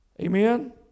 Amen